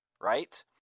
right